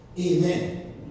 Amen